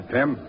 Pim